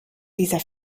dieser